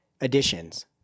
additions